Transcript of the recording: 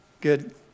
Good